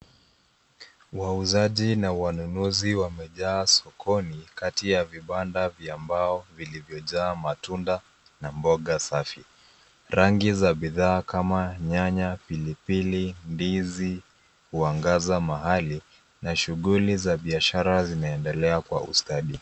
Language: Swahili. Wauzaji na wanunuzi wamejaa sokoni, kati ya vibanda vya mbao vilivyojaa matunda na mboga safi. Rangi za bidhaa, kama vile nyanya, pilipili, ndizi, huangaza mahali, na shughuli za biashara zinaendelea kwa ustadi.